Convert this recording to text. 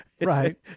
Right